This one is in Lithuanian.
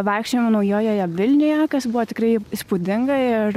vaikščiojom naujojoje vilnioje kas buvo tikrai įspūdinga ir